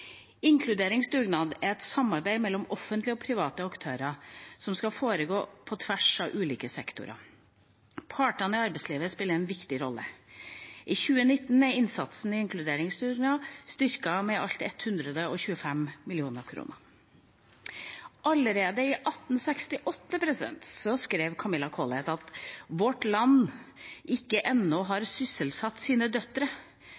inkluderingsdugnad for å få flere med nedsatt funksjonsevne eller hull i CV-en inn i ordinære jobber. Inkluderingsdugnaden er et samarbeid mellom offentlige og private aktører som skal foregå på tvers av ulike sektorer. Partene i arbeidslivet spiller en viktig rolle. I 2019 er innsatsen i inkluderingsdugnaden styrket med i alt 125 mill. kr. Allerede i 1868 skrev Camilla Collett: «Vårt land kan ennå ikke